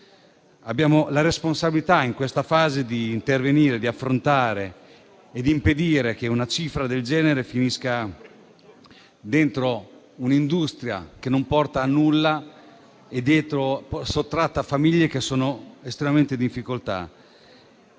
Abbiamo la responsabilità, in questa fase, di intervenire, di affrontare e di impedire che una cifra del genere finisca dentro un'industria che non porta a nulla e che sottratta a famiglie che sono estremamente in difficoltà.